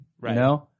Right